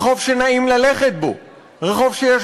רחוב שנעים ללכת בו,